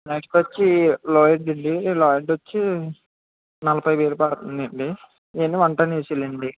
next వచ్చి లోయెడ్ అండి లోయెడ్ వచ్చి నలభై వేలు పడుతుందండి